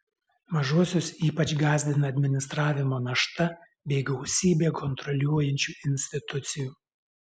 mažuosius ypač gąsdina administravimo našta bei gausybė kontroliuojančių institucijų